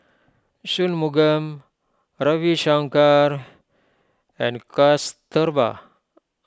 Shunmugam Ravi Shankar and Kasturba